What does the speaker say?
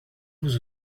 vous